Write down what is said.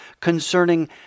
concerning